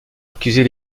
accuser